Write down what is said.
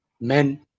men